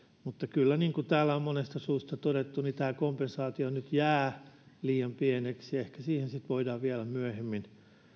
mutta kyllä niin kuin täällä on monesta suusta todettu tämä kompensaatio nyt jää liian pieneksi ja ehkä siihen sitten voidaan vielä myöhemmin